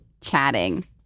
chatting